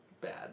bad